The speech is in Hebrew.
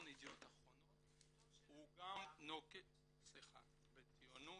ידיעות אחרונות הוא גם נוקט בציונות,